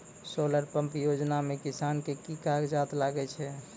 Solar pump योजना म किसान के की कागजात लागै छै?